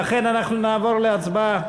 לכן אנחנו נעבור להצבעה.